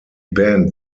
band